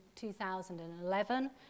2011